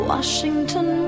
Washington